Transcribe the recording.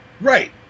right